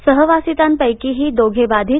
सहवासितांपैकीही दोघे बाधित